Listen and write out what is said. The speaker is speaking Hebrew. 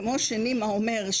כמו שנימא אומר,